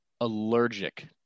allergic